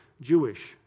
Jewish